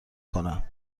کنم